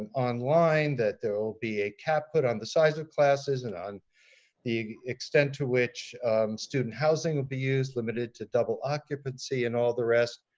and online. that there'll be a cap put on the size of classes and on the extent to which student housing will be used, limited to double occupancy and all the rest.